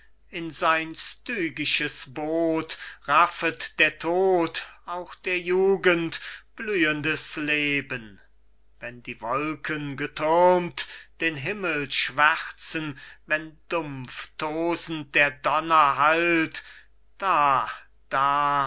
in sein stygisches boot raffet der tod auch der jugend blühendes leben cajetan wenn die wolken gethürmt den himmel schwärzen wenn dumpftosend der donner hallt da da